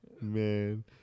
man